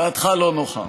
דעתך לא נוחה.